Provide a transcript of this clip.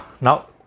Now